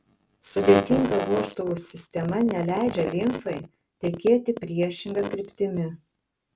sudėtinga vožtuvų sistema neleidžia limfai tekėti priešinga kryptimi